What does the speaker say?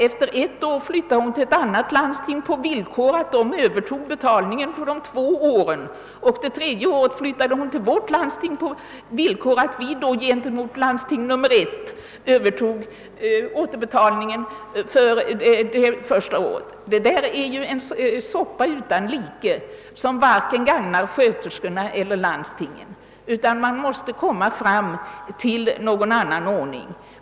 Efter ett år flyttade hon till ett annat landsting på villkor att detta övertog betalningen för de två åren, och det tredje året flyttade hon till vårt landsting på villkor att vi gentemot landsting nummer ett övertog återbetalningen för det första året. Detta är ju en soppa utan like, som varken gagnar sköterskorna eller landstingen. Man måste åstadkomma en annan ordning.